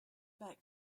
back